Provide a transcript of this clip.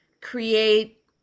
create